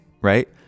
right